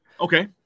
Okay